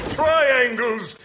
triangles